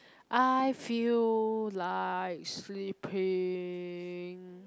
I feel like sleeping